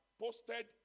posted